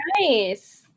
Nice